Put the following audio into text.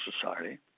Society